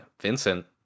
Vincent